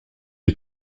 est